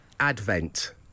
Advent